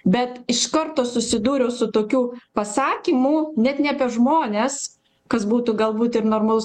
bet iš karto susidūriau su tokiu pasakymu net ne apie žmones kas būtų galbūt ir normalus